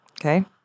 okay